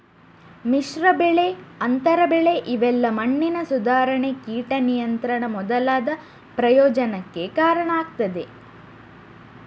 ಮಿಶ್ರ ಬೆಳೆ, ಅಂತರ ಬೆಳೆ ಇವೆಲ್ಲಾ ಮಣ್ಣಿನ ಸುಧಾರಣೆ, ಕೀಟ ನಿಯಂತ್ರಣ ಮೊದಲಾದ ಪ್ರಯೋಜನಕ್ಕೆ ಕಾರಣ ಆಗ್ತದೆ